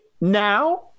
Now